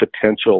potential